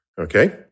okay